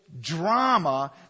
Drama